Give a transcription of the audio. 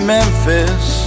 Memphis